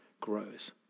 grows